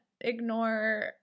ignore